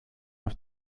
auf